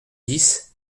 dix